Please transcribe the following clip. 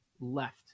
left